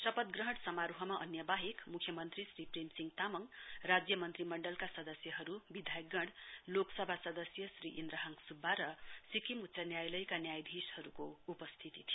शपथ ग्रहण समारोहमा अन्य वाहेक मुख्यमन्त्री श्री प्रेमसिंह तामाङ राज्यमन्त्री मण्डलका सदस्यहरु विधायकगण लोकसभा सदस्य श्री इन्द्रहाङ सुब्बा र सिक्किम उच्च न्यायालयका न्यायाधीशहरुको उपस्थिती थियो